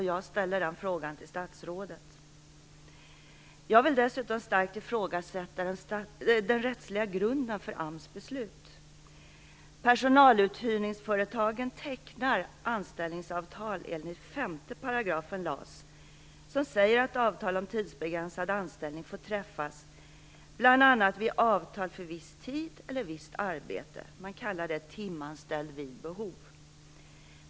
Jag ställer den frågan till statsrådet. Jag vill dessutom starkt ifrågasätta den rättsliga grunden för AMS beslut. Personaluthyrningsföretagen tecknar anställningsavtal enligt 5 § LAS, som säger att avtal om tidsbegränsad anställning får träffas bl.a. vid avtal för viss tid eller visst arbete. Man kallar det timanställd vid behov.